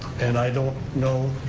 and i don't know,